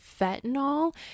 fentanyl